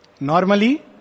normally